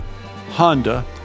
Honda